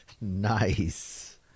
Nice